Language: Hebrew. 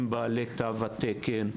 עם בעלי תו התקן,